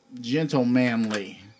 gentlemanly